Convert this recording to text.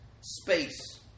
space